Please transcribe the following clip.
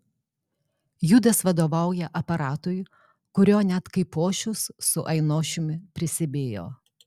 judas vadovauja aparatui kurio net kaipošius su ainošiumi prisibijo